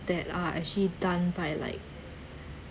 that are actually done by like